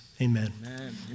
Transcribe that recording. Amen